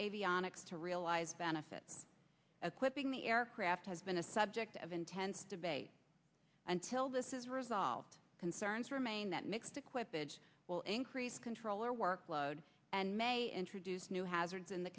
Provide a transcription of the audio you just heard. avionics to realize benefit quipping the aircraft has been a subject of intense debate until this is resolved concerns remain that mixed equipage will increase controller workload and may introduce new hazards in the